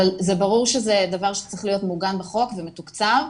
אבל ברור שזה דבר שצריך להיות מעוגן בחוק ומתוקצב.